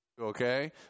okay